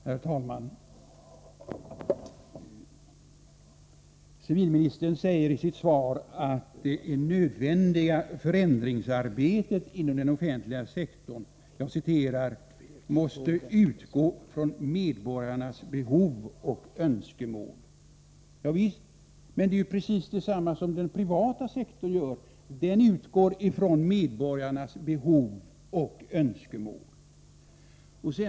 Herr talman! Civilministern säger i sitt svar att ”det nödvändiga förändringsarbetet inom den offentliga sektorn måste utgå från medborgarnas behov och önskemål”. Ja visst, men det är precis det som den privata sektorn gör — den utgår från medborgarnas behov och önskemål.